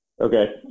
okay